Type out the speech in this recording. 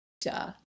Duh